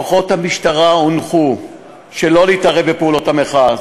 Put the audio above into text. כוחות המשטרה הונחו שלא להתערב בפעולות המחאה.